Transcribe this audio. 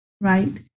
right